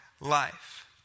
life